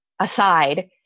aside